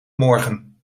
morgen